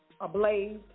ablaze